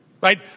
Right